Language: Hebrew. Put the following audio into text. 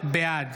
בעד